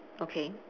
okay